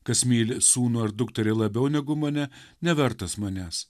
kas myli sūnų ar dukterį labiau negu mane nevertas manęs